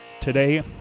today